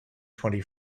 twenty